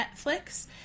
Netflix